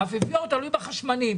האפיפיור תלוי בחשמנים,